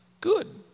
good